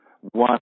One